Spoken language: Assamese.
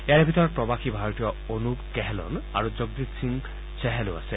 ইয়াৰে ভিতৰত প্ৰবাসী ভাৰতীয় অনুপ কেহলন আৰু জগজিৎ সিং চেহলো আছে